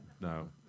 No